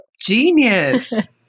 Genius